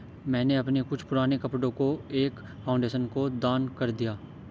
मैंने अपने कुछ पुराने कपड़ो को एक फाउंडेशन को दान कर दिया